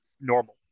normal